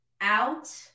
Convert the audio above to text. out